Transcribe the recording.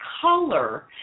color